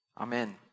Amen